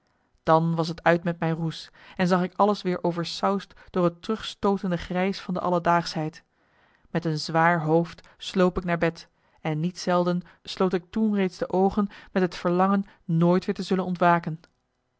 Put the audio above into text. dan was t uit met mijn roes en zag ik alles weer oversausd door het terugstootende grijs van de alledaagschheid met een zwaar hoofd sloop ik naar bed en niet zelden sloot ik toen reeds de oogen met het ver langen nooit weer te zullen ontwaken